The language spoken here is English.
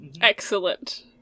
excellent